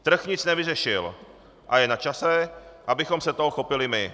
Trh nic nevyřešil a je načase, abychom se toho chopili my.